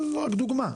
זו רק דוגמא,